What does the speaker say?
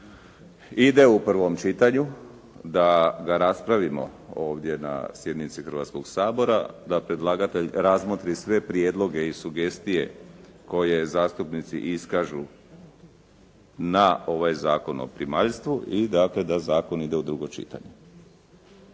ide u prvom čitanju, da ga raspravimo ovdje na sjednici Hrvatskoga sabora, da predlagatelj razmotri sve prijedloge i sugestije koje zastupnici iskažu na ovaj Zakon o primaljstvu i dakle da zakon ide u drugo čitanje.